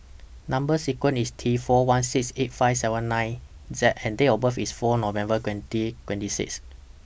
Number sequence IS T four one six eight five seven nine Z and Date of birth IS four November twenty twenty six